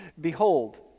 Behold